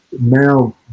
now